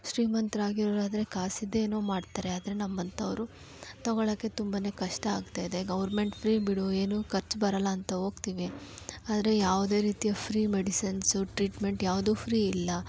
ಶ್ರೀಮಂತ್ರು ಆಗಿರೋರಾದರೆ ಕಾಸಿದ್ದೇನೋ ಮಾಡ್ತಾರೆ ಆದರೆ ನಮ್ಮಂಥವರು ತಗೊಳಕ್ಕೆ ತುಂಬ ಕಷ್ಟ ಆಗ್ತಾಯಿದೆ ಗೌರ್ಮೆಂಟ್ ಫ್ರೀ ಬಿಡು ಏನು ಖರ್ಚು ಬರೋಲ್ಲ ಅಂತ ಹೋಗ್ತಿವಿ ಆದರೆ ಯಾವುದೇ ರೀತಿಯ ಫ್ರೀ ಮೆಡಿಸನ್ಸು ಟ್ರೀಟ್ಮೆಂಟ್ ಯಾವುದು ಫ್ರೀ ಇಲ್ಲ